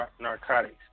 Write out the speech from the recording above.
narcotics